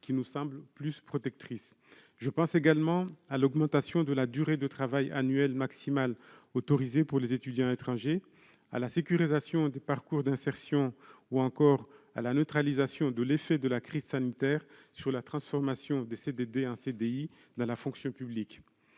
qui nous semble plus protectrice. Je pense également à l'augmentation de la durée de travail annuel maximale autorisée pour les étudiants étrangers, à la sécurisation des parcours d'insertion ou encore à la neutralisation de l'effet de la crise sanitaire sur la transformation des CDD en CDI dans la fonction publique.